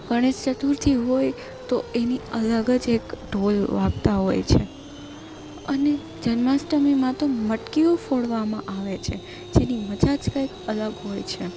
ગણેશ ચતુર્થી હોય તો એની અલગ જ એક ઢોલ વાગતા હોય છે અને જન્માષ્ટમીમાં તો મટકીઓ ફોળવામાં આવે છે જેની મજા જ કાંઈક અલગ હોય છે